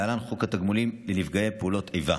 להלן: חוק התגמולים לנפגעי פעולות איבה.